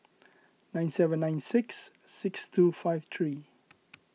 nine seven nine six six two five three